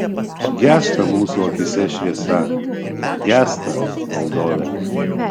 gęsta mūsų akyse šviesa gęsta valdove